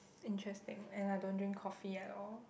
interesting and I don't drink coffee at all